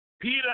Peter